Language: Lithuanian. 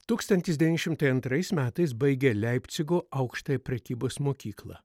tūkstantis devyni šimtai antrais metais baigė leipcigo aukštąją prekybos mokyklą